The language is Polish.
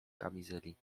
kamizeli